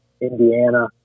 Indiana